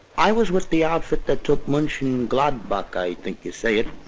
i was with the outfit that took monchengladbach, i think you say it.